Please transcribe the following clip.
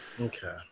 Okay